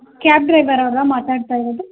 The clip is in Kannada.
ಕ್ಯಾಬ್ ಡ್ರೈವರ್ ಅವರಾ ಮಾತಾಡ್ತಾ ಇರೋದು